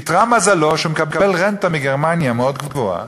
איתרע מזלו, והוא מקבל רנטה מגרמניה, מאוד גבוהה,